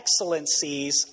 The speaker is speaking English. excellencies